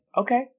Okay